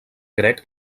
grec